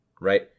right